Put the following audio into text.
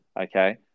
Okay